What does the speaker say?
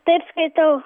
taip skaitau